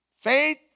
Faith